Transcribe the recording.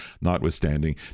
notwithstanding